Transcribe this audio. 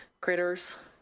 critters